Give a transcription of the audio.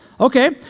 Okay